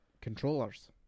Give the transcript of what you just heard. controllers